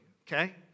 Okay